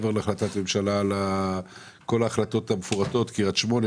מעבר לכל ההחלטות המפורטות קריית שמונה,